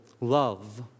love